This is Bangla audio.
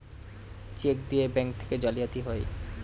চেক দিয়ে ব্যাঙ্ক থেকে জালিয়াতি হয়